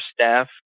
staff